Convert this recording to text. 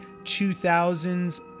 2000's